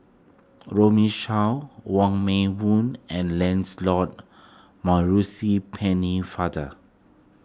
Runme Shaw Wong Meng Voon and Lancelot Maurice Pennefather